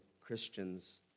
Christians